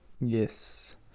yes